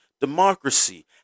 democracy